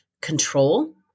control